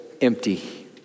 empty